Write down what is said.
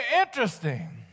interesting